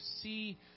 see